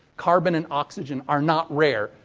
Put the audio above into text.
carbon and oxygen are not rare.